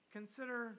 Consider